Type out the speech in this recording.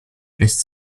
lässt